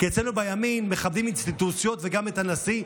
כי אצלנו בימין מכבדים אינסטיטוציות וגם את הנשיא.